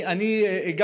אני רוצה לומר,